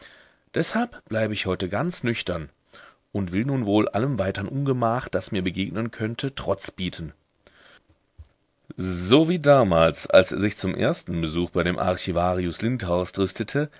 deshalb bleibe ich heute ganz nüchtern und will nun wohl allem weitern ungemach das mir begegnen könnte trotz bieten so wie damals als er sich zum ersten besuch bei dem archivarius lindhorst rüstete